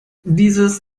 dieses